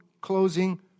closing